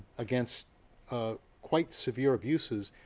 against quite severe abuses,